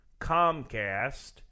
Comcast